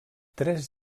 tres